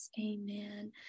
amen